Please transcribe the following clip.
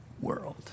world